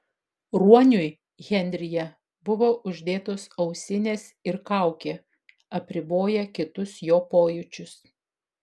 ruoniui henryje buvo uždėtos ausinės ir kaukė apriboję kitus jo pojūčius